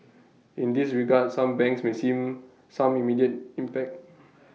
in this regard some banks may seen some immediate impact